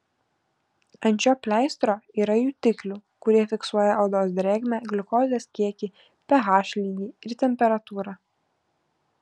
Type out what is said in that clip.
ant šio pleistro yra jutiklių kurie fiksuoja odos drėgmę gliukozės kiekį ph lygį ir temperatūrą